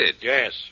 Yes